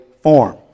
form